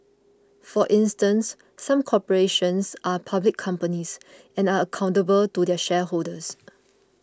for instance some corporations are public companies and are accountable to their shareholders